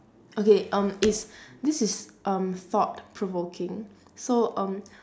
okay um is this is um thought provoking so um